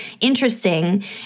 interesting